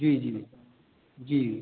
जी जी जी